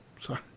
sorry